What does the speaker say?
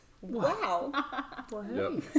Wow